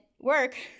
work